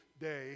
day